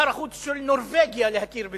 של נורבגיה להכיר בזה?